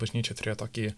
bažnyčia turėjo tokį